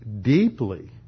deeply